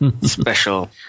special